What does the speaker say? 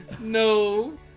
No